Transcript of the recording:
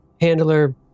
Handler